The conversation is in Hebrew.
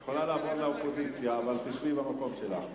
את יכולה לעבור לאופוזיציה, אבל תשבי במקום שלך.